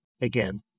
Again